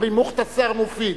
אומרים: מֻחְ'תַצֵר מֻפִיד,